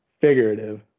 figurative